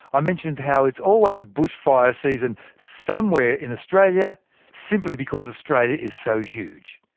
i mentioned how it's always bushfire season somewhere in australia simply because australia is so huge.